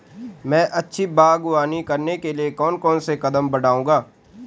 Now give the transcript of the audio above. मैं अच्छी बागवानी करने के लिए कौन कौन से कदम बढ़ाऊंगा?